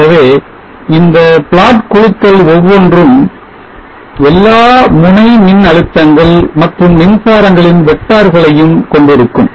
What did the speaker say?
ஆகவே இந்த plot குழுக்கள் ஒவ்வொன்றும் எல்லா முனை மின் அழுத்தங்கள் மற்றும் மின்சாரங்களின் வெக்டார்களையும் கொண்டிருக்கும்